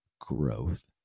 growth